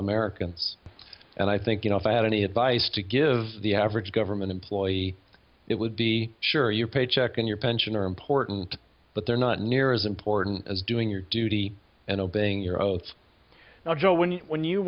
americans and i think you know if i had any advice to give the average government employee it would be sure your paycheck and your pension are important but they're not near as important as doing your duty and obeying your oath now joe when you when you